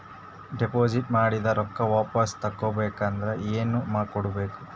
Deposit ಮಾಡಿದ ರೊಕ್ಕ ವಾಪಸ್ ತಗೊಬೇಕಾದ್ರ ಏನೇನು ಕೊಡಬೇಕು?